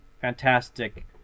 fantastic